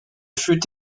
fut